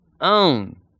own